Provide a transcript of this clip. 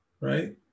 right